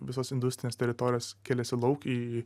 visos industrinės teritorijos kėlėsi lauk į